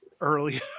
early